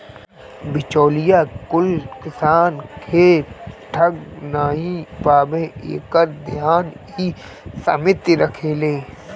बिचौलिया कुल किसान के ठग नाइ पावे एकर ध्यान इ समिति रखेले